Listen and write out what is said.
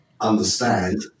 understand